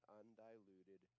undiluted